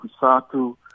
Kusatu